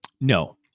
No